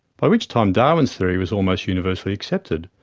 by which time darwin's theory was almost universally accepted,